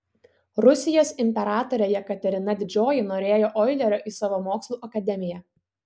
rusijos imperatorė jekaterina didžioji norėjo oilerio į savo mokslų akademiją